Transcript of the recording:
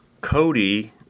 Cody